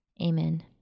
Amen